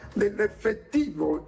dell'effettivo